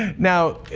and now,